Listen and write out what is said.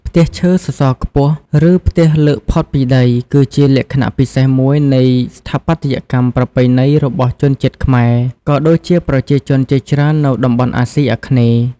ផ្ទះឈើសសរខ្ពស់ ឬផ្ទះលើកផុតពីដី គឺជាលក្ខណៈពិសេសមួយនៃស្ថាបត្យកម្មប្រពៃណីរបស់ជនជាតិខ្មែរ ក៏ដូចជាប្រជាជនជាច្រើននៅតំបន់អាស៊ីអាគ្នេយ៍ ។